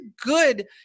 good